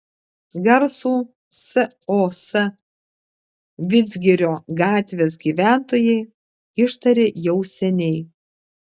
garsų sos vidzgirio gatvės gyventojai ištarė jau seniai